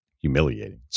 humiliating